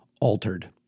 altered